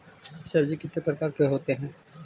सब्जी कितने प्रकार के होते है?